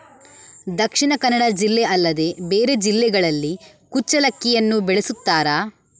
ದಕ್ಷಿಣ ಕನ್ನಡ ಜಿಲ್ಲೆ ಅಲ್ಲದೆ ಬೇರೆ ಜಿಲ್ಲೆಗಳಲ್ಲಿ ಕುಚ್ಚಲಕ್ಕಿಯನ್ನು ಬೆಳೆಸುತ್ತಾರಾ?